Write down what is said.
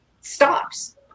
stops